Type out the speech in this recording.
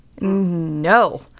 No